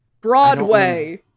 broadway